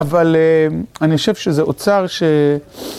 אבל אני חושב שזה אוצר ש...